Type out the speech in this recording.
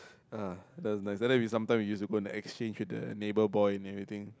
uh that was nicer and then we sometime we use go and exchange with the neighbor boy and everything